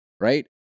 right